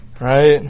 Right